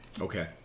Okay